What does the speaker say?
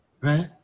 right